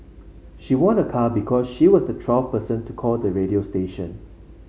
she won a car because she was the twelfth person to call the radio station